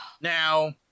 Now